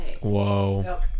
Whoa